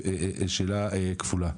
שאלה כפולה.